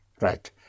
Right